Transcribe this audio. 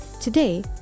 Today